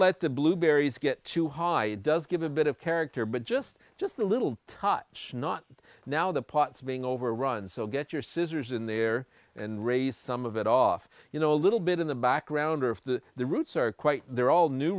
let the blueberries get too high it does give a bit of character but just just a little touch not now the parts being overrun so get your scissors in there and raise some of it off you know a little bit in the background of the the roots are quite they're all new